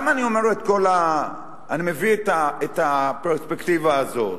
למה אני מביא את הפרספקטיבה הזאת?